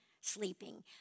sleeping